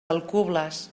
alcubles